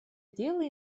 дела